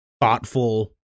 thoughtful